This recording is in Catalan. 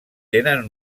tenen